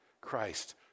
Christ